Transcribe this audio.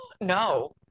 No